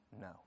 No